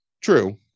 True